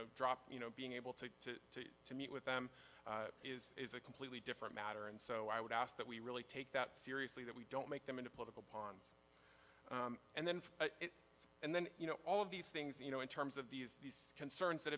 know drop you know being able to to meet with them is is a completely different matter and so i would ask that we really take that seriously that we don't make them into political pons and then and then you know all of these things you know in terms of these these concerns that